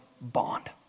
bond